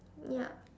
yup